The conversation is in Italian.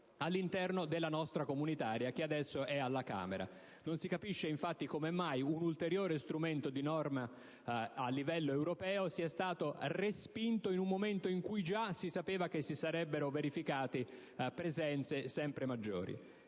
recepimento della direttiva rimpatri. Non si capisce infatti come mai un ulteriore strumento di norma a livello europeo sia stato respinto in un momento in cui già si sapeva che si sarebbero verificate presenze sempre maggiori.